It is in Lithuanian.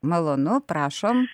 malonu prašom